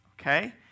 Okay